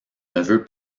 neveu